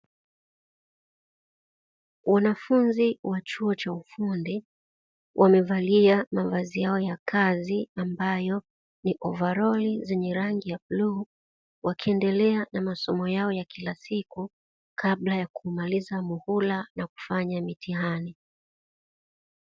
Wanafunzi wa chuo cha ufundi wamevalia mavazi yao ya kazi ambayo ni ovalori zenye rangi ya bluu, wakiendelea na masomo yao ya kila siku kabla ya kumaliza muhula na kufanya mitihani.